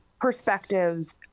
perspectives